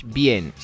bien